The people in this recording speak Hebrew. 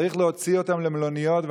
צריך להוציא אותם למלוניות,